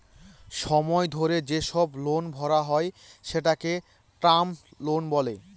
সময় ধরে যেসব লোন ভরা হয় সেটাকে টার্ম লোন বলে